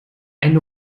einen